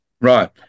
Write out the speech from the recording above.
Right